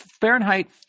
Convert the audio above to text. Fahrenheit